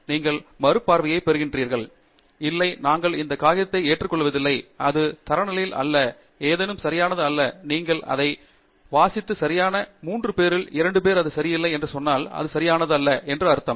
நீங்கள் மறுபார்வையைப் பெறுகிறீர்களானால் இல்லை நாங்கள் இந்த காகிதத்தை ஏற்றுக்கொள்வதில்லை அது தரநிலைகள் அல்ல அல்லது ஏதேனும் சரியானது அல்ல நீங்கள் அதை வாசித்து சரியா மூன்று பேரில் இரண்டு பேர் அது சரியில்லை என்று சொன்னால் அது சரியானதல்ல என்று அர்த்தம்